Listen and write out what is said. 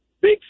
big